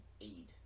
aid